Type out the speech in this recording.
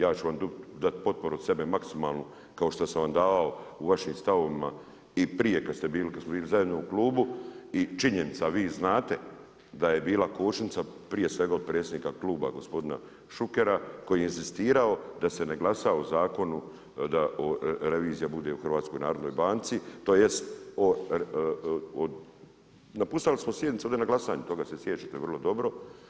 Ja ću vam dati potporu od sebe maksimalnu kao što sam vam davao u vašim stavovima i prije kad smo bili zajedno u klubu i činjenica, a vi znate da je bila kočnica prije svega od predsjednika kluba gospodina Šukera koji je inzistirao da se ne glasa o zakonu, da revizija bude u HNB-u tj. napustili smo sjednicu ovdje na glasanje, toga se sjećate vrlo dobro.